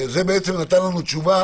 זה בעצם נתן לנו תשובה